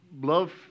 love